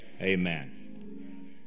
Amen